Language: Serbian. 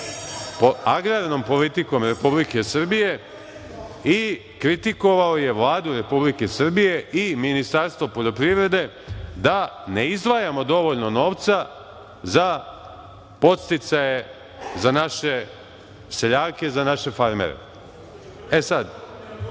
agrarnom politikom Republike Srbije i kritikovao je Vladu Republike Srbije i Ministarstvo poljoprivrede da ne izdvajamo dovoljno novca za podsticaje za naše seljake, za naše farmere. Dame